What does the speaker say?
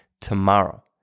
tomorrow